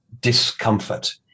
discomfort